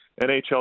NHL